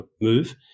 move